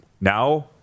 now